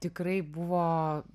tikrai buvo